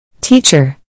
Teacher